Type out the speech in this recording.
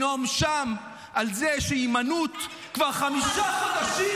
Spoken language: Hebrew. הוא היה צריך ללכת לצפת ולנאום שם על זה שהיימנוט כבר חמישה חודשים,